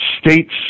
states